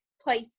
place